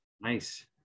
Nice